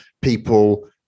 people